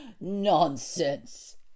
nonsense